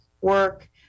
work